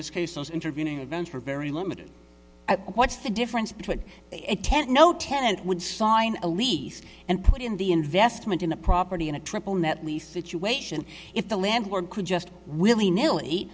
this case those intervening events were very limited what's the difference between it can't no tenant would sign a lease and put in the investment in a property and a triple net lease situation if the landlord could just willy nilly